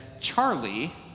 Charlie